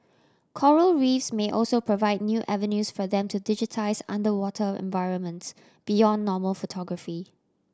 Coral Reefs may also provide new avenues for them to digitise underwater environments beyond normal photography